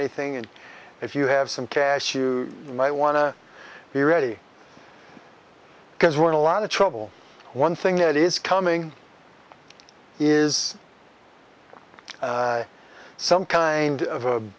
anything and if you have some cash you might want to be ready because we're in a lot of trouble one thing that is coming is some kind of a